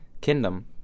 kingdom